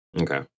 Okay